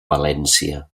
valència